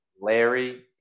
Larry